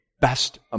best